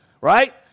right